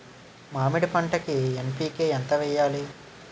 మామిడి పంటకి ఎన్.పీ.కే ఎంత వెయ్యాలి?